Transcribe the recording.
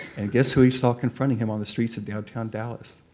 and guess who he saw confronting him on the streets of downtown dallas?